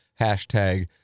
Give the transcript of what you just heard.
hashtag